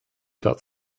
got